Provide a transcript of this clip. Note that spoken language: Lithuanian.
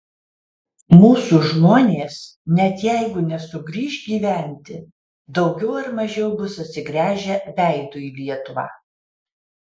mūsų žmonės net jeigu nesugrįš gyventi daugiau ar mažiau bus atsigręžę veidu į lietuvą